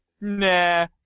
nah